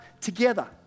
together